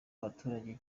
abaturage